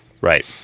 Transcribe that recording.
Right